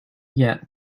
yet